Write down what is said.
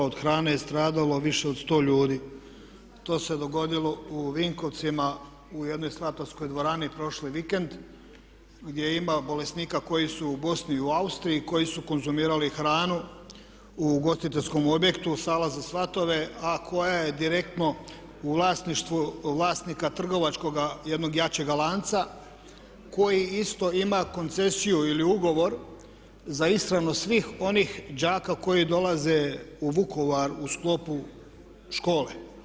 Od hrane je stradalo više od 100 ljudi.“ To se dogodilo u Vinkovcima u jednoj svatovskoj dvorani prošli vikend gdje ima bolesnika koji su u Bosni i u Austriji koji su konzumirali hranu u ugostiteljskom objektu sala za svatove a koja je direktno u vlasništvu vlasnika trgovačkog jednog jačeg lanca koji isto ima koncesiju ili ugovor za ishranu svih onih đaka koji dolaze u Vukovar u sklopu škole.